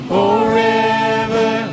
Forever